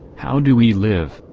how do we live,